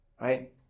Right